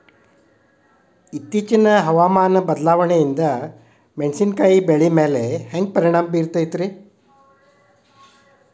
ಇತ್ತೇಚಿನ ಹವಾಮಾನ ಬದಲಾವಣೆಯಿಂದ ಮೆಣಸಿನಕಾಯಿಯ ಬೆಳೆಗಳ ಮ್ಯಾಲೆ ಹ್ಯಾಂಗ ಪರಿಣಾಮ ಬೇರುತ್ತೈತರೇ?